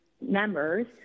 members